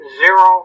zero